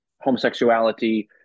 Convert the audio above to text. homosexuality